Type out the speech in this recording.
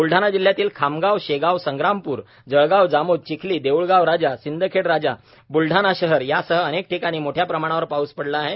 ब्लडाणा जिल्ह्यातील खामगाव शेगाव संग्रामपूर जळगाव जामोद चिखली देऊळगाव राजा सिंदखेड राजा ब्लडाणा शहर यासह अनेक ठिकाणी मोठ्या प्रमाणावर पाऊस पडला आहे